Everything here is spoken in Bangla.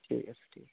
ঠিক আছে ঠিক